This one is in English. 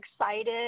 excited